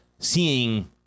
seeing